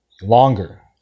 Longer